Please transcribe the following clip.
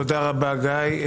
תודה רבה, גיא.